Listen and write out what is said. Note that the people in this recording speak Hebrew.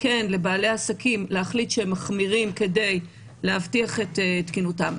כן לבעלי העסקים להחליט שהם מחמירים כדי להבטיח את תקינותם.